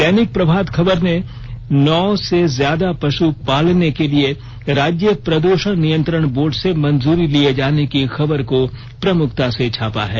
दैनिक प्रभात खबर ने नौ से ज्यादा पशु पालन के लिए राज्य प्रदूषण नियंत्रण बोर्ड से मंजूरी लिये जाने की खबर को प्रमुखता से छापा है